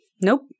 nope